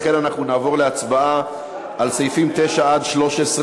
לכן אנחנו נעבור להצבעה על סעיפים 9 עד 13,